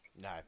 No